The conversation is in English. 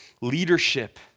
leadership